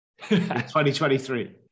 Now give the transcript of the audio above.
2023